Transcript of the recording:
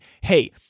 hey